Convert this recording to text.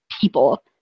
people